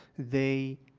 they,